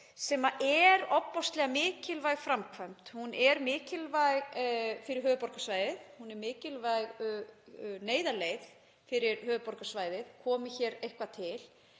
sem er ofboðslega mikilvæg framkvæmd. Hún er mikilvæg fyrir höfuðborgarsvæðið. Hún er mikilvæg neyðarleið fyrir höfuðborgarsvæðið komi hér eitthvað upp.